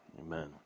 Amen